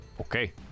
Okay